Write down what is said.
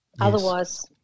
Otherwise